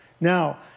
Now